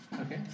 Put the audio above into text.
Okay